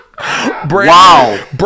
Wow